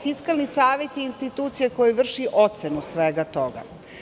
Fiskalni savet je institucija koja vrši ocenu svega toga.